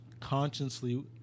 Consciously